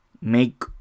make